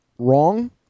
wrong